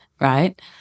right